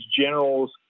generals